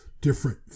different